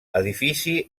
edifici